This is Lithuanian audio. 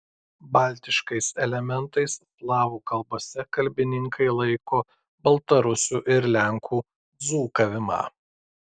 baltiškais elementais slavų kalbose kalbininkai laiko baltarusių ir lenkų dzūkavimą